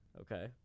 Okay